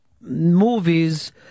movies